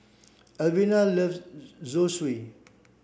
Alvena love Zosui